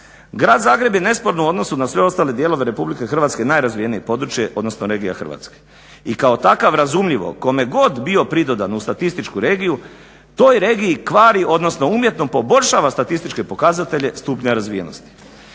Grad Zagreb je nesporno u odnosu na sve ostale dijelove Republike Hrvatske najrazvijenije područje, odnosno regija Hrvatske. I kao takav razumljivo kome god bio pridodan u statističku regiju toj regiji kvari, odnosno umjetno poboljšava statističke pokazatelje stupnja razvijenosti.